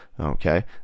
okay